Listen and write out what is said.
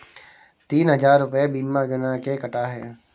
तीन हजार रूपए बीमा योजना के कटा है